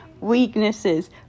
weaknesses